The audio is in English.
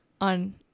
on